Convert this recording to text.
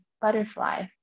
butterfly